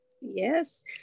Yes